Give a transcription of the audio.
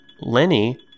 Lenny